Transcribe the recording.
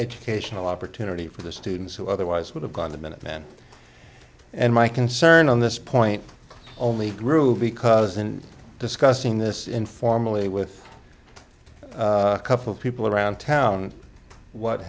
educational opportunity for the students who otherwise would have gone the minutemen and my concern on this point only grew because in discussing this informally with a couple people around town what